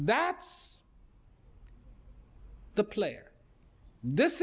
that's the player this